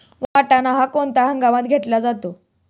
वाटाणा हा कोणत्या हंगामात घेतला जातो?